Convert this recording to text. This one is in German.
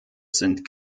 sind